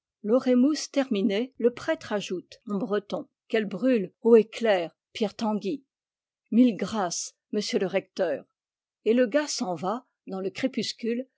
l'or émus terminé le prêtre ajoute en breton qu'elle brûle haut et clair pierre tanguy mille grâces monsieur le recteur l bûcher et le gars s'en va dans le crépuscule